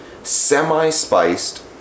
semi-spiced